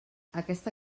aquesta